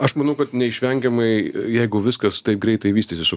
aš manau kad neišvengiamai jeigu viskas taip greitai vystytis su